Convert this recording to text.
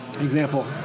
Example